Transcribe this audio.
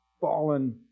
fallen